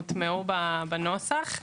הוטמעו בנוסח.